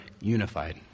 unified